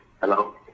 Hello